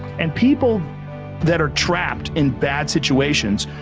and people that are trapped in bad situations,